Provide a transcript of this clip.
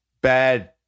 bad